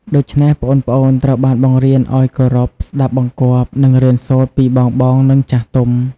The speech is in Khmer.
ដូច្នេះ ប្អូនៗត្រូវបានបង្រៀនឱ្យគោរព ស្ដាប់បង្គាប់ និងរៀនសូត្រពីបងៗ និងចាស់ទុំ។